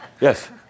Yes